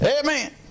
Amen